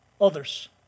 others